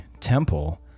temple